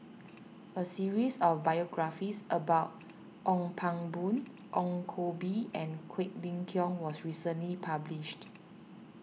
a series of biographies about Ong Pang Boon Ong Koh Bee and Quek Ling Kiong was recently published